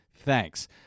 Thanks